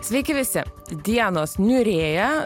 sveiki visi dienos niūrėja